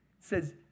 says